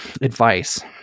advice